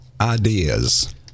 ideas